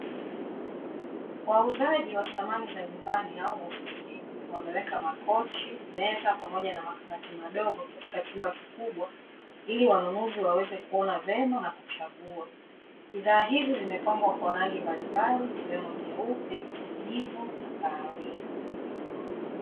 Wauzaji wa samani za nyumbani au ofisini wameweka makochi, meza pamoja na makabati madogo katika chumba kikubwa iliwanunuzi waweze kuona vyema na kuchagua. Bidhaa hizi zimepangwa kwa rangi mbalimbali zikiwemo nyeupe, kijivu na kahawia.